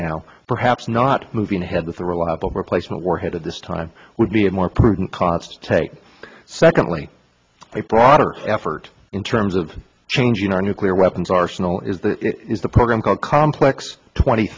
now perhaps not moving ahead with a reliable replacement warhead at this time would be a more prudent cost take secondly broader effort in terms of changing our nuclear weapons arsenal is the is the program called complex twenty